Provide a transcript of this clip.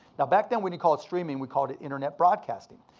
now back then, we didn't call it streaming. we called it internet broadcasting,